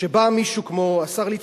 כשבא מישהו כמו השר ליצמן,